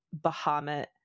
bahamut